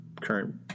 current